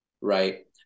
right